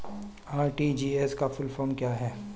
RTGS का full form क्या है?